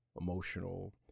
emotional